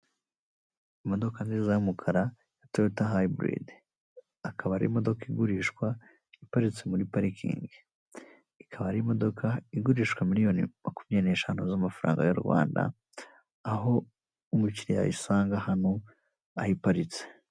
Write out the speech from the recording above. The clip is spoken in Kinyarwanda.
Ni mu isoko ry'ibiribwa harimo abantu bagaragara ko bari kugurisha, ndabona imboga zitandukanye, inyuma yaho ndahabona ibindi bintu biri gucuruzwa ,ndahabona ikimeze nk'umutaka ,ndahabona hirya ibiti ndetse hirya yaho hari n'inyubako.